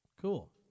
Cool